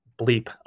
bleep